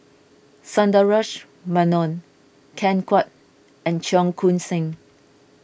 Sundaresh Menon Ken Kwek and Cheong Koon Seng